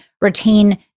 retain